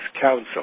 Council